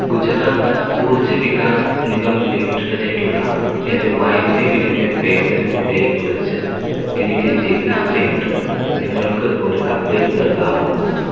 ഗുജറാത്ത് ഊർജ വികാസ് നിഗം ലിമിറ്റഡിലേക്കുള്ള എൻ്റെ വൈദ്യുതി ബില്ലിൻ്റെ പേയ്മെൻ്റ് നിലയെ കുറിച്ച് എനിക്ക് ജിജ്ഞാസയുണ്ട് നിങ്ങൾക്ക് ഒര് അപ്ഡേറ്റ് നൽകാമോ